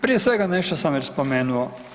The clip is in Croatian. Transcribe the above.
Prije svega nešto sam već spomenuo.